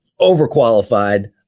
overqualified